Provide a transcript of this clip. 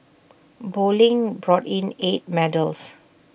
bowling brought in eight medals